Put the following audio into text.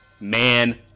Man